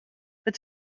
but